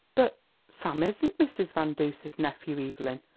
but sam isn't mrs. van duser's nephew, evelyn.